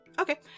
Okay